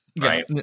Right